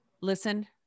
listen